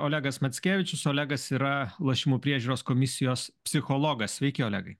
olegas mackevičius olegas yra lošimų priežiūros komisijos psichologas sveiki olegai